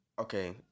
Okay